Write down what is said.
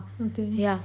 okay